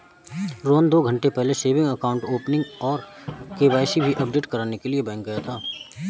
रोहन दो घन्टे पहले सेविंग अकाउंट ओपनिंग और के.वाई.सी अपडेट करने के लिए बैंक गया था